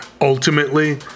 ultimately